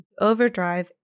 Overdrive